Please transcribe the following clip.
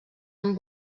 amb